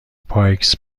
پایکس